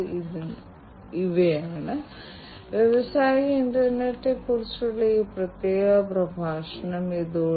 വാസ്തവത്തിൽ ഇന്ത്യയിലെയും ലോകമെമ്പാടുമുള്ള എല്ലാ വ്യവസായങ്ങളിലും ഐഐഒടി സ്വീകരിക്കുന്നത് അനുദിനം വർദ്ധിച്ചുകൊണ്ടിരിക്കുകയാണ്